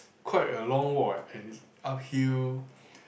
quite a long walk eh and is uphill